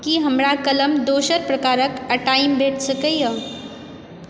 की हमरा कलम दोसर प्रकारके आइटमे भेट सकैए